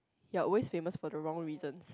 their always famous for the wrong reasons